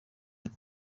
leta